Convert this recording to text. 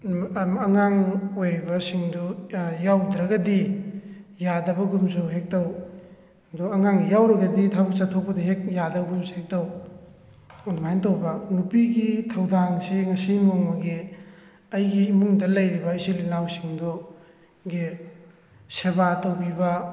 ꯑꯉꯥꯡ ꯑꯣꯏꯔꯤꯕꯁꯤꯡꯗꯨ ꯌꯥꯎꯗ꯭ꯔꯒꯗꯤ ꯌꯥꯗꯕꯒꯨꯝꯁꯨ ꯍꯦꯛ ꯇꯧ ꯑꯗꯨ ꯑꯉꯥꯡ ꯌꯥꯎꯔꯒꯗꯤ ꯊꯕꯛ ꯆꯠꯊꯣꯛꯄꯗ ꯍꯦꯛ ꯌꯥꯗꯒꯨꯝꯁꯨ ꯍꯦꯛ ꯇꯧ ꯑꯗꯨꯃꯥꯏꯅ ꯇꯧꯕ ꯅꯨꯄꯤꯒꯤ ꯊꯧꯗꯥꯡꯁꯤ ꯉꯁꯤ ꯅꯣꯡꯃꯒꯤ ꯑꯩꯒꯤ ꯏꯃꯨꯡꯗ ꯂꯩꯔꯤꯕ ꯏꯆꯤꯜ ꯏꯅꯥꯎꯁꯤꯡꯗꯨ ꯒꯤ ꯁꯦꯕꯥ ꯇꯧꯕꯤꯕ